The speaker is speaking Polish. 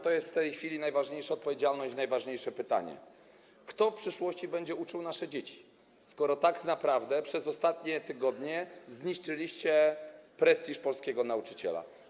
To jest w tej chwili największa odpowiedzialność, najważniejsze pytanie: Kto w przyszłości będzie uczył nasze dzieci, skoro tak naprawdę przez ostatnie tygodnie zniszczyliście prestiż polskiego nauczyciela?